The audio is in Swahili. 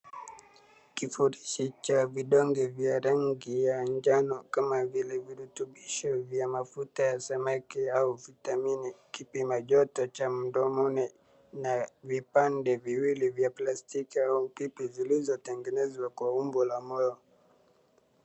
Kifurushi cha vidonge vya rangi ya jano kama vile virutubisho vya mafuta ya samaki au vitamini. Kipima choto cha mdomoni na vipande viwili vya plastiki au pipi zilizotengenezwa kwa umbo la moyo.